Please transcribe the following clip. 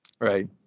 Right